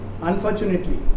unfortunately